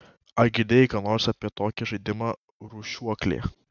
ar girdėjai ką nors apie tokį žaidimą rūšiuoklė